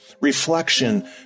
reflection